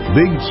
big